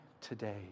today